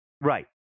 Right